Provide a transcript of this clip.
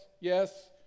yes